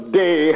day